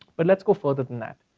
but let's go further than that.